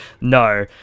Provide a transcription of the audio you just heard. no